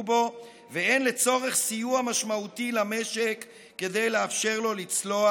בו והן לצורך סיוע משמעותי למשק כדי לאפשר לו לצלוח